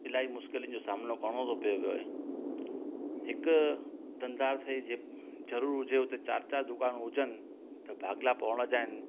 इलाही मुश्किलनि जो सामनो करिणो थो पए हिकु धंधा खे जे जरूर हुजे हुते चारि चारि दुकान हुजनि त भाग्य पोअण जा आहिनि